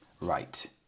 right